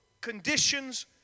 conditions